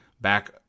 back